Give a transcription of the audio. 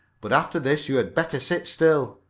but after this you had better sit still.